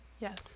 Yes